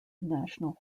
national